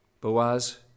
Boaz